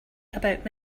about